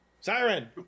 siren